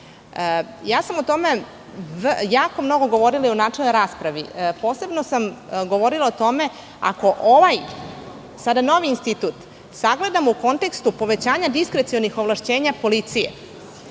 sam o tome jako mnogo govorila i u načelnoj raspravi. Posebno sam govorila o tome ako ovaj, sada novi institut, sagledamo u kontekstu povećanja diskrecionih ovlašćenja policije,